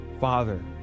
father